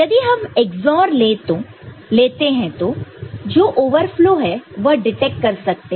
यदि हम XOR लेते हैं तो जो ओवरफ्लो है वह डिटेक्ट कर सकते हैं